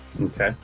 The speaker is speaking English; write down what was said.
Okay